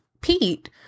Pete